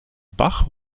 bach